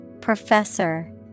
Professor